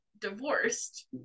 divorced